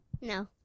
No